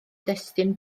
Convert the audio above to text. destun